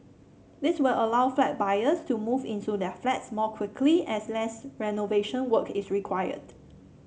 this will allow flat buyers to move into their flats more quickly as less renovation work is required